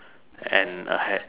and a hat